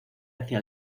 hacia